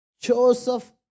Joseph